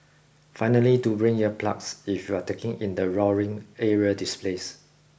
finally do bring ear plugs if you are taking in the roaring aerial displays